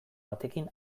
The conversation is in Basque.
batekin